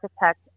architect